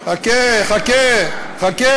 חכה, חכה.